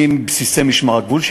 מבסיסי משמר הגבול,